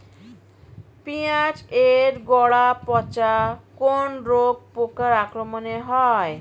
পিঁয়াজ এর গড়া পচা রোগ কোন পোকার আক্রমনে হয়?